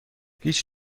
هیچ